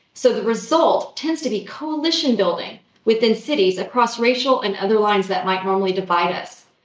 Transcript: so, the result tends to be coalition building within cities across racial and other lines that might normally divide us.